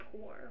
poor